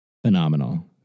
Phenomenal